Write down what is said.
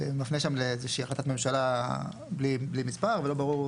שמפנה שם לאיזה שהיא החלטת ממשלה בלי מספר ולא ברור,